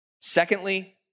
Secondly